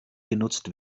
genutzt